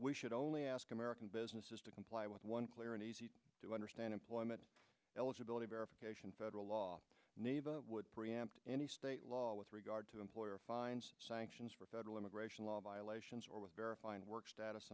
we should only ask american businesses to comply with one clear and do understand employment eligibility verification federal law neva would preempt any state law with regard to employer fines sanctions for federal immigration law violations or with verifying work status